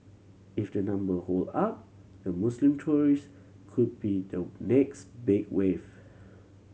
if the number hold up the Muslim tourist could be the next big wave